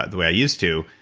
the way i used to,